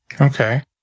Okay